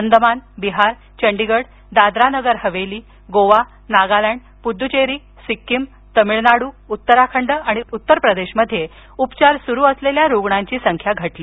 अंदमान बिहार चंडिगड दादरा नगर हवेली गोवा नागालँड पुदुच्चेरी सिक्कीम तमिळनाडू उत्तराखंड आणि उत्तर प्रदेश मध्ये उपचार सुरू असलेल्या रुग्णांची संख्या घटली